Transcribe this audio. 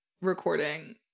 recording